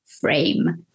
frame